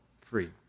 free